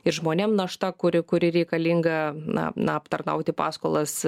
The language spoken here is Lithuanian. ir žmonėm našta kuri kuri reikalinga na na aptarnauti paskolas